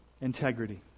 integrity